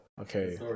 Okay